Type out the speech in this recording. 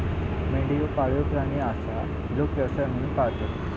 मेंढी ह्यो पाळीव प्राणी आसा, लोक व्यवसाय म्हणून पाळतत